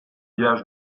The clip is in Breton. veaj